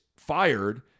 fired